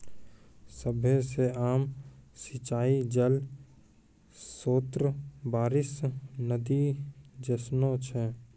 सभ्भे से आम सिंचाई जल स्त्रोत बारिश, नदी जैसनो छै